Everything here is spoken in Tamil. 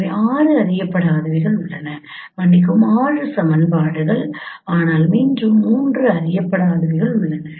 எனவே 6 அறியப்படாதவை உள்ளன மன்னிக்கவும் 6 சமன்பாடுகள் ஆனால் மீண்டும் 3 அறியப்படாதவை உள்ளன